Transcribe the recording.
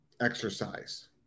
exercise